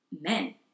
men